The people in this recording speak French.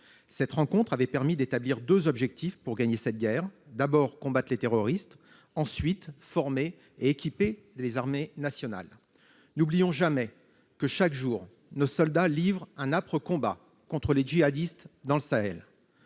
Cette rencontre avait permis d'établir deux objectifs pour gagner cette guerre : d'abord, combattre les terroristes ; ensuite, former et équiper les armées nationales. N'oublions jamais que, chaque jour, nos soldats livrent un âpre combat contre les djihadistes dans le Sahel.